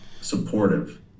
supportive